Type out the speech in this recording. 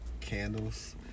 candles